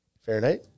Fahrenheit